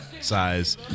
size